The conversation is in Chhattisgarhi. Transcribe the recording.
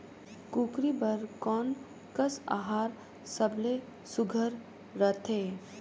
कूकरी बर कोन कस आहार सबले सुघ्घर रथे?